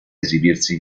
esibirsi